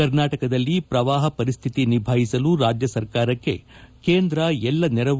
ಕರ್ನಾಟಕದಲ್ಲಿ ಪ್ರವಾಹ ಪರಿಸ್ಥಿತಿ ನಿಭಾಯಿಸಲು ರಾಜ್ಯ ಸರ್ಕಾರಕ್ಕೆ ಕೇಂದ್ರ ಎಲ್ಲ ನೆರವು